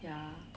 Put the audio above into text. ya